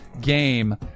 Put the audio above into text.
game